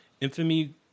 Infamy